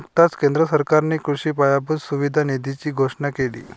नुकताच केंद्र सरकारने कृषी पायाभूत सुविधा निधीची घोषणा केली